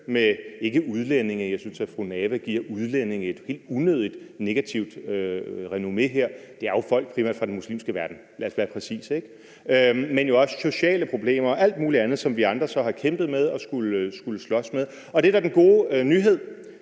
med udlændinge som sådan – jeg synes, at fru Samira Nawa giver udlændinge et helt unødigt negativt renommé – for det er jo primært folk fra den muslimske verden, lad os være præcise, men jo også sociale problemer og alt muligt andet, som vi andre så har skullet kæmpe og slås med. Det, der er den gode nyhed,